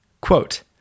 Quote